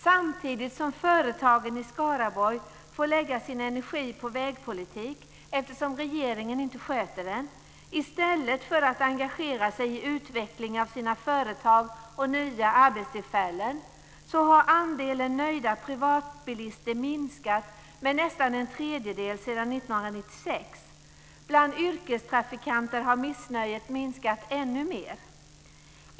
Samtidigt får företagen i Skaraborg lägga sin energi på vägpolitik, eftersom regeringen inte sköter den, i stället för att engagera sig i utveckling av sina företag och nya arbetstillfällen. Andelen nöjda privatbilister har minskat med nästan en tredjedel sedan 1996. Bland yrkestrafikanter har missnöjet ökat ännu mer.